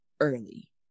early